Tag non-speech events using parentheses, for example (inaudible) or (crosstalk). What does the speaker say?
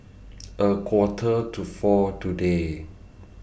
(noise) A Quarter to four today